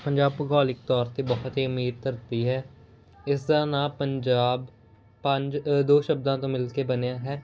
ਪੰਜਾਬ ਭੁਗੋਲਿਕ ਤੌਰ 'ਤੇ ਬਹੁਤ ਹੀ ਅਮੀਰ ਧਰਤੀ ਹੈ ਇਸਦਾ ਨਾਂ ਪੰਜਾਬ ਪੰਜ ਦੋ ਸ਼ਬਦਾਂ ਤੋਂ ਮਿਲ ਕੇ ਬਣਿਆ ਹੈ